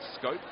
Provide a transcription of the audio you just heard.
scope